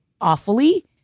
awfully